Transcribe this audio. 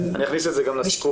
אני אכניס את זה גם לסיכום